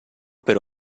per